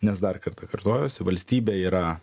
nes dar kartą kartojuosi valstybė yra